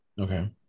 okay